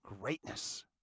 greatness